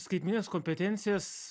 skaitmenines kompetencijas